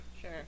Sure